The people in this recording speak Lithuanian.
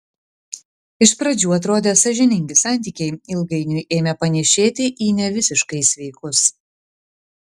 iš pradžių atrodę sąžiningi santykiai ilgainiui ėmė panėšėti į nevisiškai sveikus